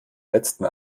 letzten